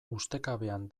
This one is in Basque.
ustekabean